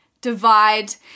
divide